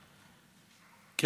ב.